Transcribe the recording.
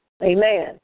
Amen